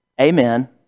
Amen